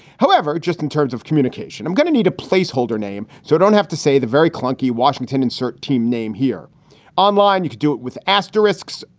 however, just in terms of communication, i'm going to need a placeholder name so i don't have to say the very clunky washington insert team name here online. you could do it with asterisks.